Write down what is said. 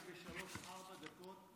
אם כל אחד חורג בשלוש-ארבע דקות,